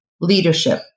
leadership